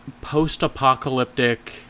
post-apocalyptic